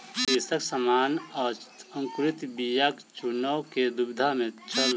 कृषक सामान्य आ अंकुरित बीयाक चूनअ के दुविधा में छल